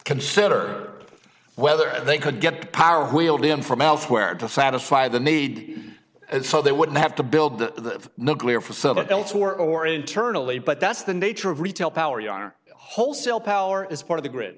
consider whether they could get power wheeled in from elsewhere to satisfy the need and so they wouldn't have to build the nuclear facility elsewhere or internally but that's the nature of retail power you are wholesale power is part of the grid